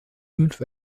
fünf